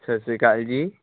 ਸਤਿ ਸ਼੍ਰੀ ਅਕਾਲ ਜੀ